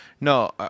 no